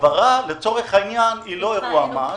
לצורך העניין היא לא אירוע מס.